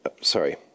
sorry